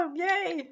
yay